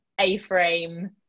A-frame